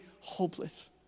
hopeless